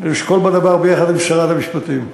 שאני אשקול בדבר ביחד עם שרת המשפטים.